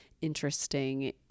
interesting